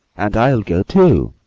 and i'll go, too.